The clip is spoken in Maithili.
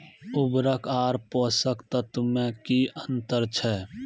उर्वरक आर पोसक तत्व मे की अन्तर छै?